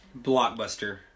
Blockbuster